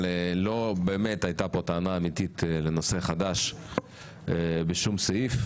אבל לא באמת הייתה טענה אמיתית לנושא חדש בשום סעיף,